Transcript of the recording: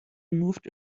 moved